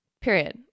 Period